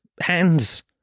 hands